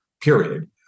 period